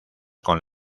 con